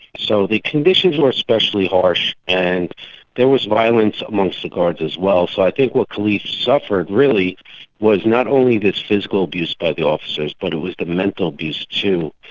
so the conditions were especially harsh, and there was violence amongst the guards as well. so i think what kalief suffered really was not only this physical abuse by the officers but it was the mental abuse too.